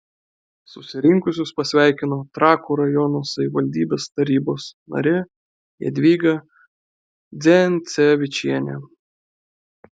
susirinkusius pasveikino trakų rajono savivaldybės tarybos narė jadvyga dzencevičienė